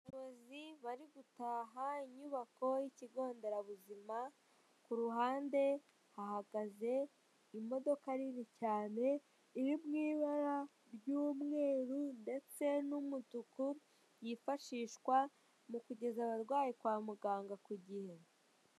Abayobozi bari gutaha inyubako y'ikigo nderabuzima ku ruhande hahagaze imodoka nini cyane iri mu ibara ry'umweru ndetse n'umutuku yifashishwa mu kugeza abarwayi kwa muganga ku gihe.